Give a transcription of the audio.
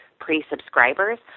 pre-subscribers